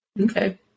okay